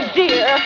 dear